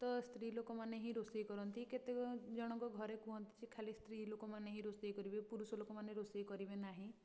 ତ ସ୍ତ୍ରୀ ଲୋକମାନେ ହିଁ ରୋଷେଇ କରନ୍ତି କେତେକ ଜଣଙ୍କ ଘରେ କୁହନ୍ତି ଯେ ଖାଲି ସ୍ତ୍ରୀ ଲୋକମାନେ ହିଁ ରୋଷେଇ କରିବେ ପୁରୁଷ ଲୋକମାନେ ରୋଷେଇ କରିବେ ନାହିଁ